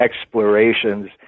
explorations